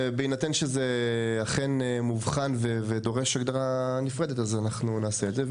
ובהינתן שזה אכן מובחן ודורש הגדרה נפרדת אז אנחנו נעשה את זה.